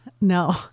No